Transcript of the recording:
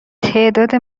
تعداد